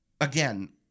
again